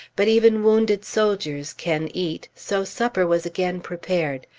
but even wounded soldiers can eat so supper was again prepared.